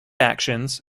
actions